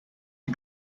die